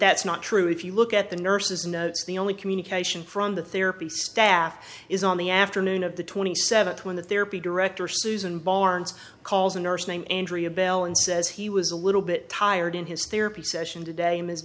that's not true if you look at the nurse's notes the only communication from the therapy staff is on the afternoon of the twenty seventh when the therapy director susan barnes calls a nurse name andrea bell and says he was a little bit tired in his therapy session today